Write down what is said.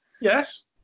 Yes